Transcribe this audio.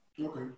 Okay